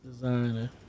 Designer